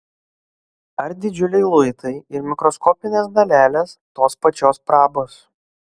ar didžiuliai luitai ir mikroskopinės dalelės tos pačios prabos